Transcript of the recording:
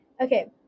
Okay